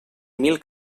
mil